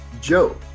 Joe